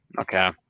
okay